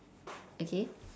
okay